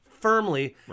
firmly